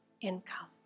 income